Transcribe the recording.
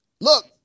Look